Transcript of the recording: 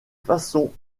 façon